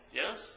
yes